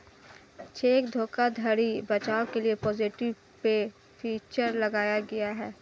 check धोखाधड़ी बचाव के लिए पॉजिटिव पे फीचर लाया गया है